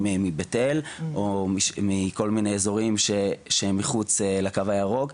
מבית אל או מכל מיני אזורים שהם מחוץ לקו הירוק,